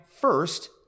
first